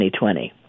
2020